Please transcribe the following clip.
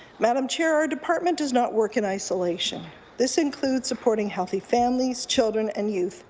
madam chair, our department does not work in isolation this includes supporting healthy families, children and youth.